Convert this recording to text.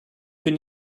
bin